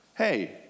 hey